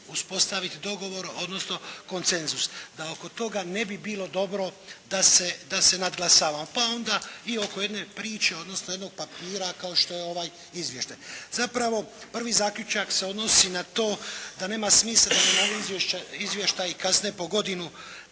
uspostaviti dogovor odnosno konsenzus, da oko toga ne bi bilo dobro da se nadglasavamo, pa onda i oko jedne priče, odnosno jednog papira kao što je ovaj izvještaj. Zapravo, prvi zaključak se odnosi na to da nema smisla da nam izvještaji kasne po godinu